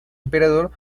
emperador